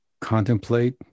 contemplate